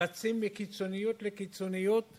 רצים מקיצוניות לקיצוניות